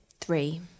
three